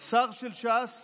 שר של ש"ס,